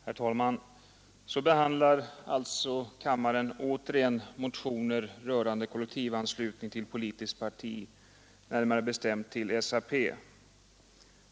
Herr talman! Så behandlar alltså riksdagen återigen motioner rörande kollektivanslutning till ett politiskt parti, närmare bestämt till SAP.